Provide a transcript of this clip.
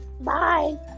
Bye